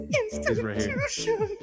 institution